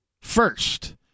first